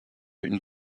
une